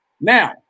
now